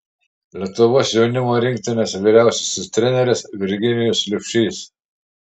lietuvos jaunimo rinktinės vyriausiasis treneris virginijus liubšys